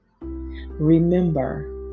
Remember